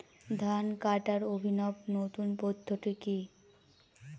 ধান কাটার অভিনব নতুন পদ্ধতিটি কি?